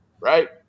right